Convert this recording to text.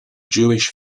jewish